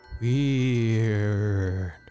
weird